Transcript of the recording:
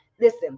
Listen